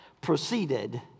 proceeded